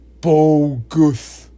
Bogus